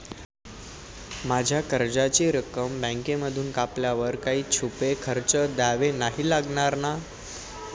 माझ्या कर्जाची रक्कम बँकेमधून कापल्यावर काही छुपे खर्च द्यावे नाही लागणार ना?